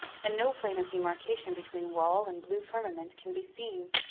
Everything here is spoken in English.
and no plane of demarcation between wall and blue firmament can be seen.